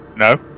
No